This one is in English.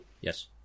yes